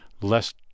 less